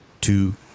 two